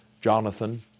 Jonathan